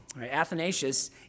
Athanasius